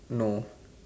no